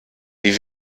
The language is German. die